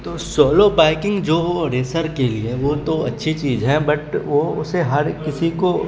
تو solo biking جو وہ ریسر کے لیے ہے وہ تو اچھی چیز ہے بٹ وہ اسے ہر کسی کو